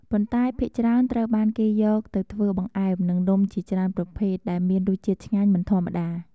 ប៉ុន្តែភាគច្រើនត្រូវបាន គេយកទៅធ្វើបង្អែម និងនំជាច្រើនប្រភេទដែលមានរសជាតិឆ្ងាញ់មិនធម្មតា។